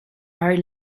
are